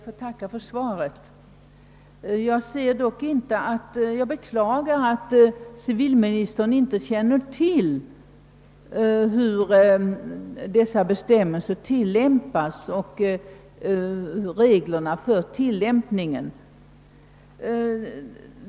Herr talman! Jag ber att få tacka för svaret. Jag beklägar att civilministern inte känner till reglerna och hur de tillämpas.